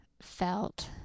felt